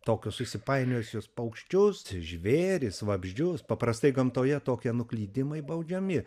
tokius įsipainiojusius paukščius žvėris vabzdžius paprastai gamtoje tokie nuklydimai baudžiami